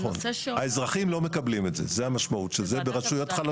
האזרחים לא מקבלים את זה ברשויות חלשות.